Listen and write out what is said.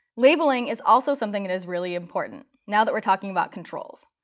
labeling is also something that is really important, now that we're talking about controls.